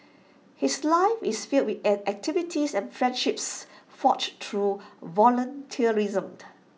his life is filled with activity and friendships forged through volunteerism